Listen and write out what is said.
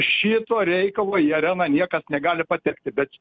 šito reikalo į areną niekad negali patekti bet